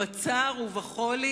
בצער ובחולי,